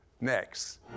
Next